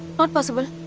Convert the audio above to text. but possible?